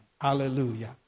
Hallelujah